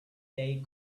they